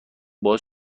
باز